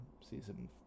season